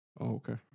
Okay